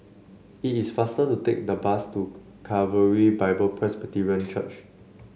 it is faster to take the bus to Calvary Bible Presbyterian Church